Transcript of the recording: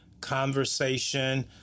conversation